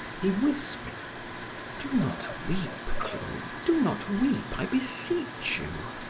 he whispered do not weep, clo, do not weep, i beseech you.